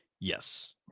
Yes